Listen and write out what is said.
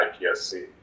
IPSC